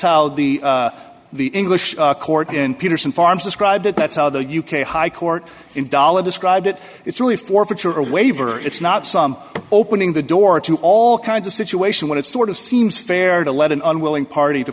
how the the english court in peterson farms described it that's how the u k high court in dollar described it it's really forfeiture a waiver it's not some opening the door to all kinds of situation when it's sort of seems fair to let an unwilling party to